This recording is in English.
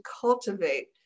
cultivate